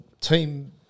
team